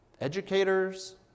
educators